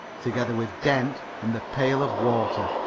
together with dent and the pail of water.